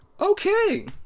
Okay